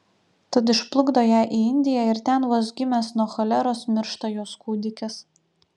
tad išplukdo ją į indiją ir ten vos gimęs nuo choleros miršta jos kūdikis